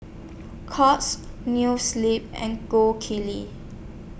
Courts New Sleep and Gold Kili